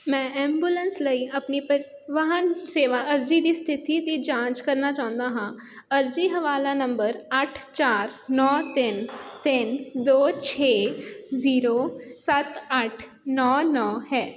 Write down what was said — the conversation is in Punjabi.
ਮੈਂ ਐਬੂਲੈਂਸ ਲਈ ਆਪਣੀ ਪਰਿਵਾਹਨ ਸੇਵਾ ਅਰਜ਼ੀ ਦੀ ਸਥਿਤੀ ਦੀ ਜਾਂਚ ਕਰਨਾ ਚਾਹੁੰਦਾ ਹਾਂ ਅਰਜ਼ੀ ਹਵਾਲਾ ਨੰਬਰ ਅੱਠ ਚਾਰ ਨੌਂ ਤਿੰਨ ਤਿੰਨ ਦੋ ਛੇ ਜ਼ੀਰੋ ਸੱਤ ਅੱਠ ਨੌਂ ਨੌਂ ਹੈ